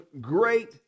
great